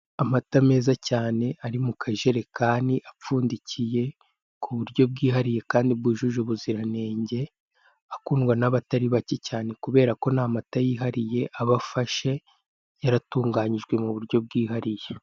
Amata meza cyane ari mu kajerekani apfundikiye ku buryo bwihariye, kandi bwujuje ubuziranenge, akundwa n'abatari bake; cyane kubera ko ni amata yihariye aba afashe, yaratunganyijwe mu buryo bwihariye.